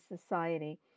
society